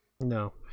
No